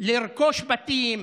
לרכוש בתים,